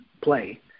play